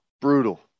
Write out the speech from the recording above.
brutal